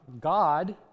God